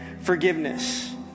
forgiveness